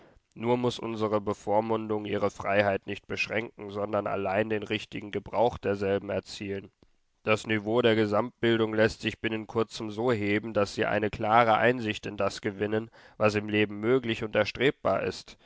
nur muß unsre bevormundung ihre freiheit nicht beschränken sondern allein den richtigen gebrauch derselben erzielen das niveau der gesamtbildung läßt sich binnen kurzem so heben daß sie eine klare einsicht in das gewinnen was im leben möglich und erstrebbar ist